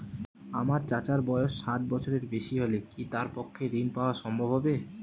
আমার চাচার বয়স ষাট বছরের বেশি হলে কি তার পক্ষে ঋণ পাওয়া সম্ভব হবে?